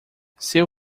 seu